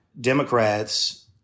Democrats